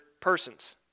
persons